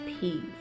Peace